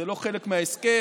זה לא חלק מההסכם.